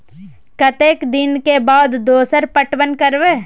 कतेक दिन के बाद दोसर पटवन करब?